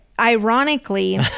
Ironically